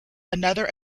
another